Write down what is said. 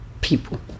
people